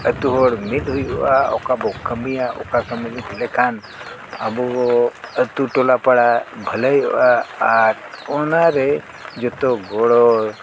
ᱟᱛᱳ ᱦᱚᱲ ᱢᱤᱫ ᱦᱩᱭᱩᱜᱼᱟ ᱚᱠᱟ ᱵᱚ ᱠᱟᱹᱢᱤᱭᱟ ᱚᱠᱟ ᱠᱟᱹᱢᱤ ᱞᱮᱠᱷᱟᱱ ᱟᱵᱚ ᱟᱛᱳ ᱴᱚᱞᱟ ᱯᱟᱲᱟᱜ ᱵᱷᱟᱹᱞᱟᱹᱭᱚᱜᱼᱟ ᱟᱨ ᱚᱱᱟᱨᱮ ᱡᱚᱛᱚ ᱜᱚᱲᱚ